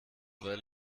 weil